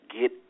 get